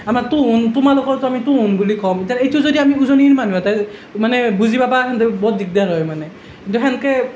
আমাৰ তুহুন তোমালোকৰটো আমি তুহুন বুলি ক'ম এতিয়া এইটো যদি আমি উজনিৰ মানুহ এটাই মানে বুজি পাবা কিন্তু বৰ দিগদাৰ হয় মানে কিন্তু সেনকৈ